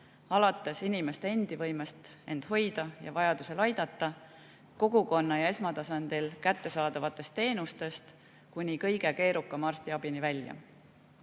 alates inimeste endi võimest end hoida ja vajadusel aidata, kogukonna ja esmatasandil kättesaadavatest teenustest kuni kõige keerukama arstiabini välja.